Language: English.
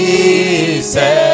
Jesus